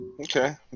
Okay